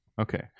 Okay